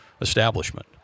establishment